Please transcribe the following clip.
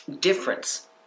difference